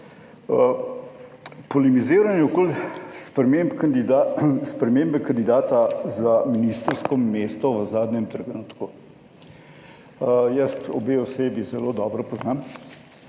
Polemiziranje okoli spremembe kandidata za ministrsko mesto v zadnjem trenutku. Jaz obe osebi zelo dobro poznam